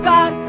God